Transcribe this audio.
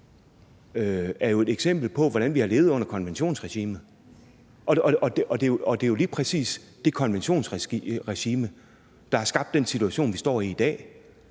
er jo et eksempel på, hvordan vi har levet under konventionsregimet, og det er jo lige præcis det konventionsregime, der har skabt den situation, vi står i i dag.